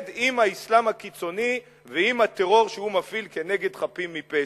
עם האסלאם הקיצוני ועם הטרור שהוא מפעיל כנגד חפים מפשע.